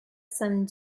some